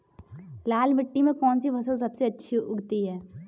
लाल मिट्टी में कौन सी फसल सबसे अच्छी उगती है?